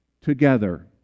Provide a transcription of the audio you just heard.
together